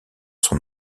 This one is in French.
son